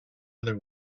other